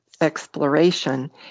exploration